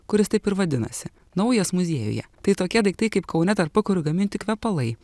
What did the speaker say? kuris taip ir vadinasi naujas muziejuje tai tokie daiktai kaip kaune tarpukariu gaminti kvepalai